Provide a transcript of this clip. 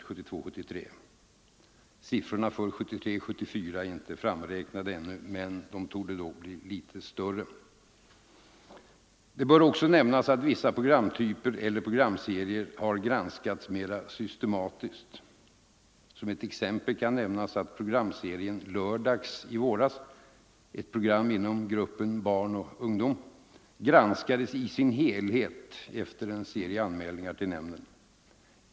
Siffrorna för Onsdagen den 1973/74 är ännu inte framräknade, men de torde bli något högre. 20 november 1974 Det bör också nämnas att vissa programtyper har granskats mera systematiskt. Jag kan som ett exempel nämna att programserien ”Lördags” - Rundradiooch i våras — ett program inom gruppen barn och ungdom =— granskades i andra massmediesin helhet efter en serie anmälningar till nämnden.